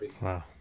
Wow